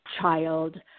child